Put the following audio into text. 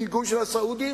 עם גיבוי של הסעודים,